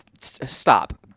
stop